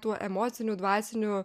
tuo emociniu dvasiniu